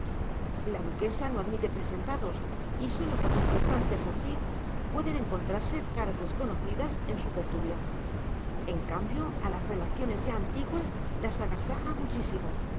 la duquesa no admite presentados y sólo por circunstancias así pueden encontrarse caras desconocidas en su tertulia en cambio a las relaciones ya antiguas las agasaja muchísimo